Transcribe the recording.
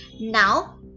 Now